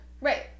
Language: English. Right